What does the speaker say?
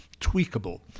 tweakable